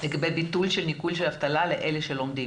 לגבי ביטול הניכוי של האבטלה לאלה שלומדים.